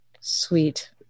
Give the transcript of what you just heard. sweet